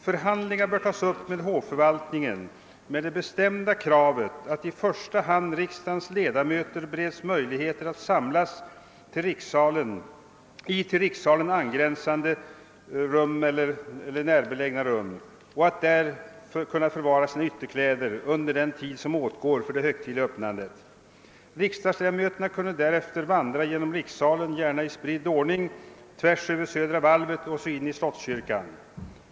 Förhandlingar bör tas upp med hovförvaltningen med det bestämda kravet, att i första hand riksdagens ledamöter bereds möjlighet att samlas i till rikssalen angränsande eller närbelägna rum, och att de där kan förvara sina ytterkläder under den tid som åtgår för det högtidliga öppnandet. Riksdagsledamöterna kunde därefter vandra genom rikssalen, gärna i spridd ordning, genom Södra valvet och in i Slottskapellet.